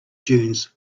dunes